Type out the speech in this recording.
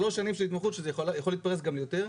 שלוש שנים של התמחות, שזה יכול להתפרס גם ליותר.